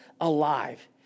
alive